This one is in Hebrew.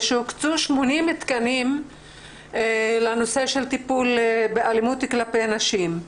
שהוקצו 80 תקנים לנושא של טיפול באלימות כלפי נשים.